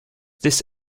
this